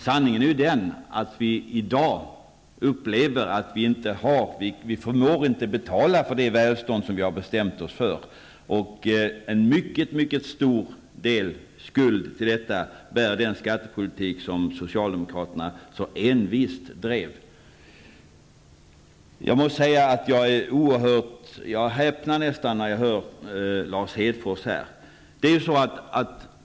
Sanningen är ju den att vi i dag upplever att vi inte förmår betala för det välstånd som vi har bestämt oss för, och en mycket mycket stor del av skulden för detta där den skattepolitik som socialdemokraterna så envist drev. Jag häpnar nästan när jag hör Lars Hedfors.